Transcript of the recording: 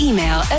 Email